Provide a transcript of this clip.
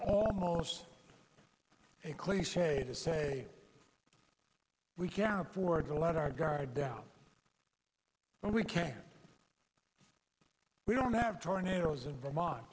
almost a cliche to say we can't afford to let our guard down but we can we don't have tornadoes in vermont